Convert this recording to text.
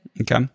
Okay